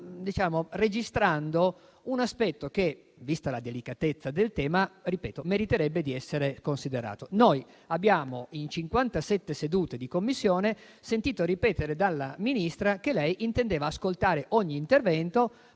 registrando un aspetto che, vista la delicatezza del tema, meriterebbe di essere considerato. Noi, in 57 sedute di Commissione, abbiamo sentito ripetere dalla Ministra che lei intendeva ascoltare ogni intervento,